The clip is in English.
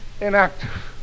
inactive